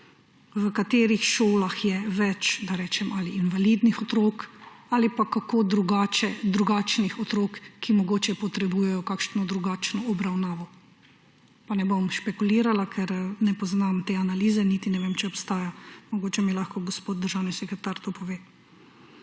v katerih šolah je več, da rečemo, invalidnih otrok ali pa kako drugačnih otrok, ki mogoče potrebujejo kakšno drugačno obravnavo. Pa ne bom špekulirala, ker ne poznam te analize, niti ne vem, če obstaja. Mogoče mi lahko gospod državni sekreter to pove.